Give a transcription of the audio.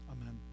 Amen